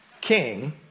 king